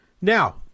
Now